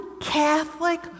Catholic